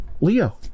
Leo